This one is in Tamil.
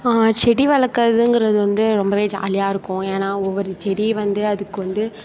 செடி வளக்கிறதுங்குறது வந்து ரொம்ப ஜாலியாக ருக்கும் ஏன்னா ஒவ்வொரு செடி வந்து அதுக்கு வந்து